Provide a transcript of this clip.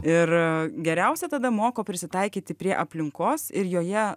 ir geriausia tada moko prisitaikyti prie aplinkos ir joje